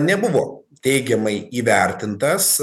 nebuvo teigiamai įvertintas